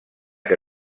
que